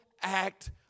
act